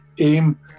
aim